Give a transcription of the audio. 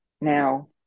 now